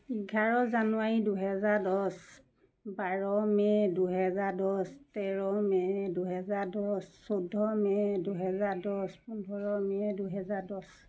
এঘাৰ জানুৱাৰী দুহেজাৰ দহ বাৰ মে' দুহেজাৰ দহ তেৰ মে' দুহেজাৰ দছ চৈধ্য মে' দুহেজাৰ দহ পোন্ধৰ মে' দুহেজাৰ দহ